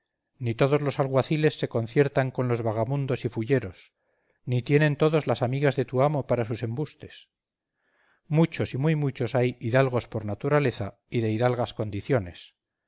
ni todos los alguaciles se conciertan con los vagamundos y fulleros ni tienen todos las amigas de tu amo para sus embustes muchos y muy muchos hay hidalgos por naturaleza y de hidalgas condiciones